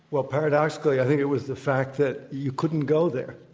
well, paradoxically, i think it was the fact that you couldn't go there,